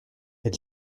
elle